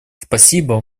спасибо